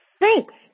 Thanks